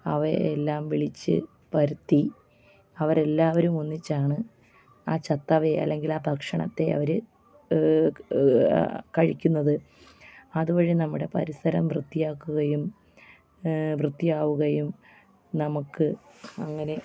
അവയെ എല്ലാം വിളിച്ച് വരുത്തി അവരെല്ലാവരും ഒന്നിച്ചാണ് ആ ചത്തവയെ അല്ലെങ്കിൽ ആ ഭക്ഷണത്തെ അവർ കഴിക്കുന്നത് അത് വഴി നമ്മുടെ പരിസരം വൃത്തിയാക്കുകയും വൃത്തിയാവുകയും നമുക്ക് അങ്ങനെ